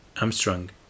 Armstrong